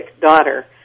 daughter